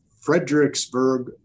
Fredericksburg